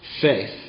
faith